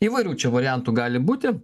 įvairių čia variantų gali būti